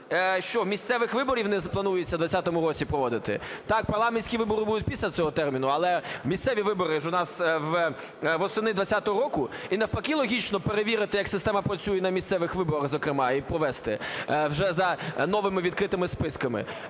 що, місцевих виборів не планується в 2020 році проводити? Так, парламентські вибори будуть після цього терміну, але місцеві вибори ж у нас восени 2020 року і, навпаки, логічно перевірити, як система працює на місцевих виборах, зокрема, і провести вже за новими відкритими списками